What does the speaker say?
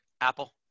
Apple